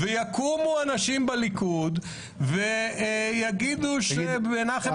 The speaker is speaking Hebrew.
-- ויקומו אנשים בליכוד ויגידו שמנחם בגין הוא אם כל חטאת.